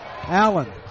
Allen